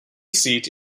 seat